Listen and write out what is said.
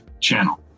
channel